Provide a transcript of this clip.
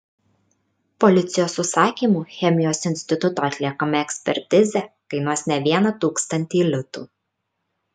policijos užsakymu chemijos instituto atliekama ekspertizė kainuos ne vieną tūkstantį litų